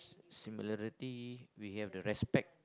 similarity we have the respect